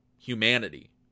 humanity